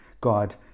God